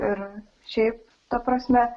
ir šiaip ta prasme